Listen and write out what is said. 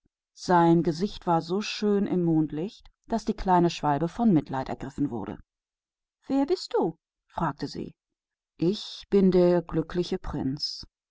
sein gesicht war so wunderschön im mondlicht daß den schwälberich das mitleid faßte wer bist du sagte er ich bin der glückliche prinz